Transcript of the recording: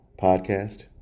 podcast